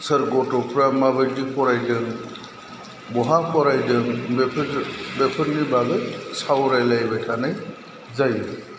सोर गथ'फ्रा माबायदि फरायदों बहा फरायदों बेफोरनि बागै सावरायलायबाय थानाय जायो